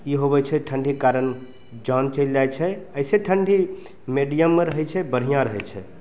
ई होबै छै ठंडीके कारण जान चैलि जाइ छै ऐसे ठंडी मेडियममे रहै छै बढ़िऑं रहै छै